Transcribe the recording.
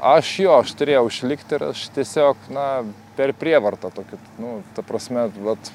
aš jo aš turėjau išlikt ir aš tiesiog na per prievartą tokiu nu ta prasme vat